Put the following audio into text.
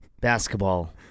basketball